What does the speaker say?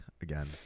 again